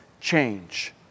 change